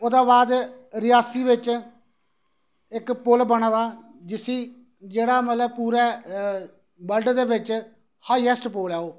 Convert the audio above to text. ओहदे बाद रियासी बिच इक पुल बना दा जिसी जेहड़ा मतलब पूरे वर्ल्ड दे बिच हाईऐस्ट पुल ऐ ओह्